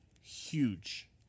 huge